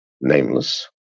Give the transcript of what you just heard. nameless